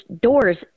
doors